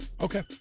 Okay